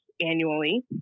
annually